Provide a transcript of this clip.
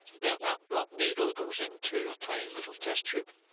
then that blunt needle goes into a tiny little test tube,